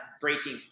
breaking